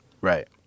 Right